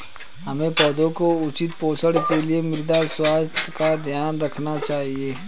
हमें पौधों के उचित पोषण के लिए मृदा स्वास्थ्य का ध्यान रखना चाहिए